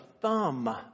thumb